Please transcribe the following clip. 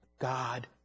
God